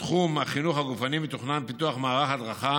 בתחום החינוך הגופני מתוכנן פיתוח מערך הדרכה